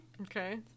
Okay